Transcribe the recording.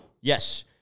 Yes